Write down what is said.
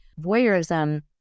Voyeurism